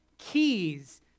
Keys